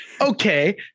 Okay